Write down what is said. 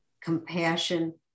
compassion